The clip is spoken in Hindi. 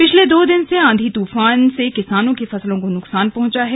पिछले दो दिन के आंधी तूफान से किसानों की फसल को नुकसान पहुंचा है